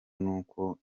n’uko